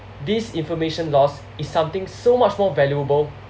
this information loss is something so much more valuable